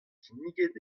kinniget